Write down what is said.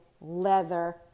leather